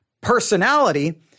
personality